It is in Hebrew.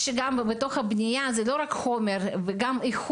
גם בתוך הבניה לא מדובר רק בחומר ואיכות,